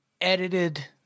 edited